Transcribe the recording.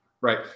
Right